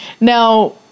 now